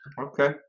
okay